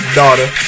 daughter